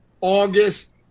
August